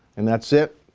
and that's it,